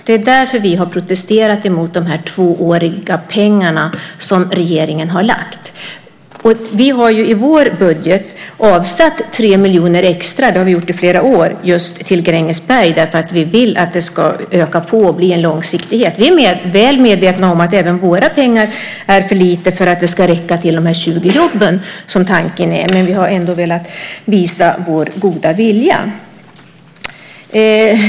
Det är därför vi har protesterat mot de tvååriga pengarna som regeringen har lagt. Vi har i vår budget avsatt 3 miljoner extra - det har vi gjort i flera år - just till Grängesberg för att vi vill att det ska öka på och bli en långsiktighet. Vi är väl medvetna om att även våra pengar är för lite för att det ska räcka till 20 jobb som tanken är, men vi har ändå velat visa vår goda vilja.